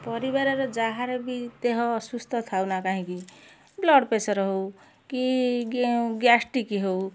ପରିବାରରେ ଯାହାର ବି ଦେହ ଅସୁସ୍ଥ ଥାଉ ନା କାହିଁକି ବ୍ଳଡ଼ ପ୍ରେସର ହଉ କି ଗି ଗ୍ୟାସ୍ଟ୍ରିକ ହଉ